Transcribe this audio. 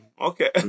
Okay